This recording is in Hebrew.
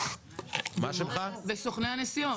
וסוכני הנסיעות.